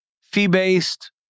fee-based